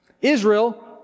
Israel